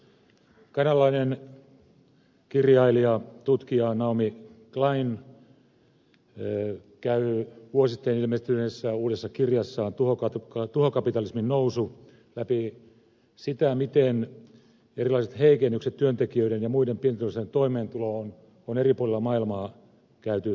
kanadalainen kirjailija tutkija naomi klein käy vuosi sitten ilmestyneessä uudessa kirjassaan tuhokapitalismin nousu läpi sitä miten erilaiset heikennykset työntekijöiden ja muiden pienituloisten toimeentuloon on eri puolilla maailmaa käyty läpi